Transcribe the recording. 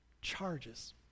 charges